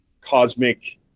cosmic